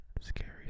scary